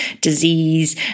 disease